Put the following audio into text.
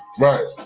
right